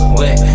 wait